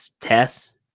tests